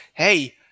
hey